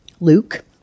Luke